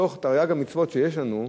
בתוך תרי"ג המצוות שיש לנו,